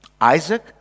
Isaac